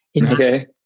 okay